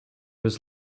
was